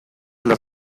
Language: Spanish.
las